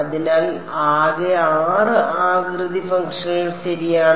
അതിനാൽ ആകെ 6 ആകൃതി ഫംഗ്ഷനുകൾ ശരിയാണ്